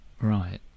Right